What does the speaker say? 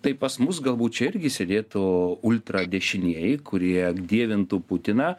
tai pas mus galbūt čia irgi sėdėtų ultradešinieji kurie dievintų putiną